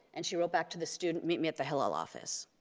and she wrote back to the student meet me at the hillel office.